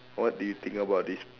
what do you think about this